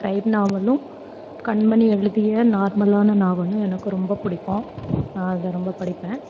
crime நாவலும் கண்மணி எழுதிய நார்மலான நாவலும் எனக்கு ரொம்ப பிடிக்கும் நான் அதை ரொம்ப படிப்பேன்